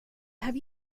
have